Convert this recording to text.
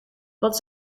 wat